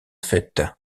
fête